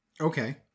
Okay